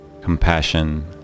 Compassion